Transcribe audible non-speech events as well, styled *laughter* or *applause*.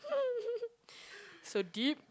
*laughs* so deep